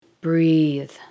breathe